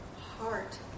heart